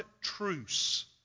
truce